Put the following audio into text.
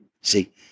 See